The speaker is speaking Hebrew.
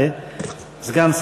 את הצעות האי-אמון.